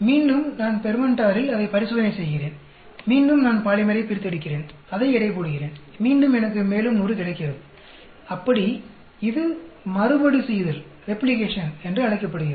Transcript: மீண்டும் நான் பெர்மென்டாரில் அதே பரிசோதனையைச் செய்கிறேன் மீண்டும் நான் பாலிமரைப் பிரித்தெடுக்கிறேன் அதை எடை போடுகிறேன் மீண்டும் எனக்கு மேலும் 100 கிடைக்கிறது அப்படி இது மறுபடிசெய்தல் ரெப்ளிகேஷன் என்று அழைக்கப்படுகிறது